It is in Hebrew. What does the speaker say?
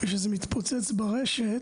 וכשזה מתפוצץ ברשת